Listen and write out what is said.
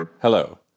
Hello